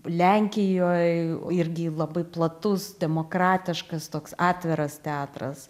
lenkijoj irgi labai platus demokratiškas toks atviras teatras